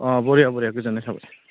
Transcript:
अ बरिया बरिया गोजोननाय थाबाय